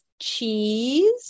cheese